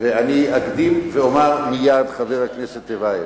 אקדים ואומר מייד, חבר הכנסת טיבייב,